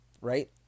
right